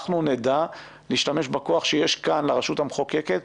אנחנו נדע להשתמש בכוח שיש כאן לרשות המחוקקת,